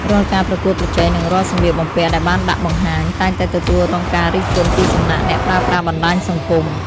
រាល់ការប្រកួតប្រជែងនិងរាល់សម្លៀកបំពាក់ដែលបានដាក់បង្ហាញ តែងតែទទួលរងការរិះគន់ពីសំណាក់អ្នកប្រើប្រាស់បណ្តាញសង្គម។